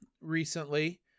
recently